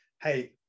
hey